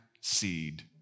seed